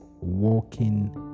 walking